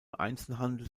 einzelhandel